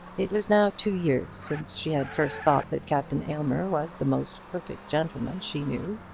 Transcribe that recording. it was now two years since she had first thought that captain aylmer was the most perfect gentleman she knew,